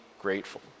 grateful